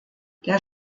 der